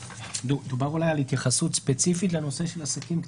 דובר אולי על התייחסות ספציפית לנושא של עסקים קטנים?